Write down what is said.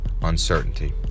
uncertainty